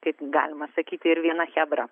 kaip galima sakyti ir viena chebra